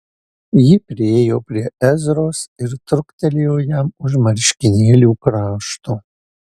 ji priėjo prie ezros ir truktelėjo jam už marškinėlių krašto